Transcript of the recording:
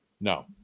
No